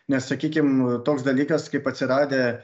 nes sakykim toks dalykas kaip atsiradę